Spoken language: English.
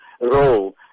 role